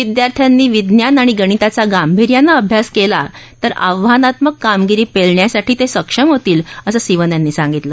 विद्यार्थ्यांनी विज्ञान आणि गणिताचा गांभीर्यानं अभ्यास केला तर आव्हानात्मक कामगिरी पेलण्यासाठी ते सक्षम होतील असं सिवन यांनी सांगितलं